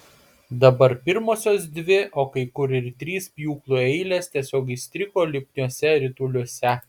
dabar pirmosios dvi o kai kur ir trys pjūklų eilės tiesiog įstrigo lipniuose rituliuose